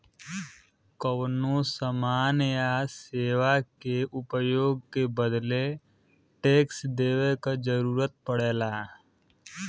कउनो समान या सेवा के उपभोग के बदले टैक्स देवे क जरुरत पड़ला